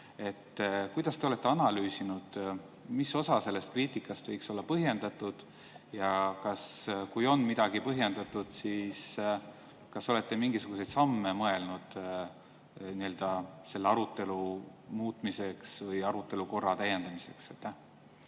Kas te olete analüüsinud, mis osa sellest kriitikast võiks olla põhjendatud, ja kui on midagi põhjendatud, siis kas olete mõelnud mingisuguseid samme arutelu muutmiseks või arutelu korra täiendamiseks?